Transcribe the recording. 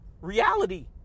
reality